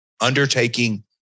undertaking